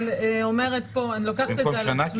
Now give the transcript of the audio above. אבל אני אומרת פה --- במקום שנה?